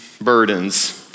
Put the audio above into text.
burdens